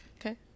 Okay